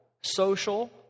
social